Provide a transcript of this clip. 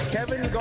Kevin